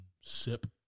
Sip